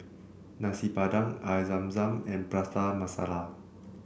Nasi Padang Air Zam Zam and Prata Masala